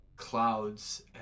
clouds